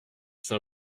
c’est